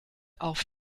auf